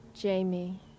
Jamie